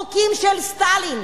החוקים של סטלין.